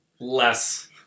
less